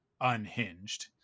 unhinged